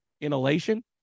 inhalation